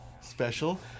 special